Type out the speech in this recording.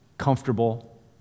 comfortable